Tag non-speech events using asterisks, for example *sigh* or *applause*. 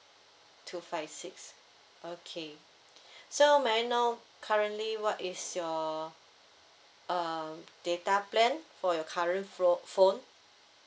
two five six okay *breath* so may I know currently what is your uh data plan for your current flo~ phone